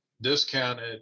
discounted